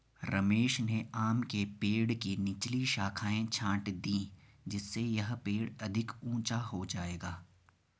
रमेश ने आम के पेड़ की निचली शाखाएं छाँट दीं जिससे यह पेड़ अधिक ऊंचा हो जाएगा